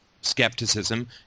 skepticism